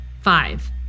Five